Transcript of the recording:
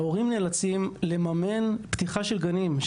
ההורים נאלצים לממן פתיחה של גנים,